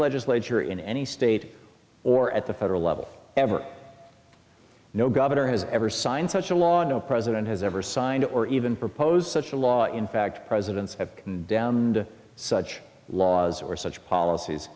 legislature in any state or at the federal level ever no governor has ever signed such a law no president has ever signed or even proposed such a law in fact presidents have such laws or such policies